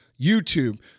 YouTube